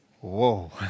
Whoa